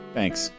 Thanks